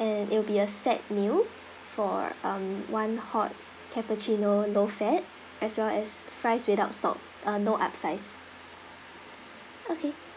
and it'll be a set meal for um one hot cappuccino low fat as well as fries without salt uh no upsize okay